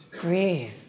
breathe